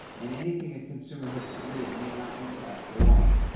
and anything a consumer had submitted may not be passed along.